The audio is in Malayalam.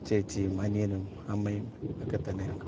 ചേച്ചിയും അനിയനും അമ്മയും ഒക്കെ തന്നെയാണ്